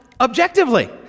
objectively